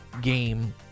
game